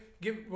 give